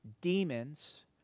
Demons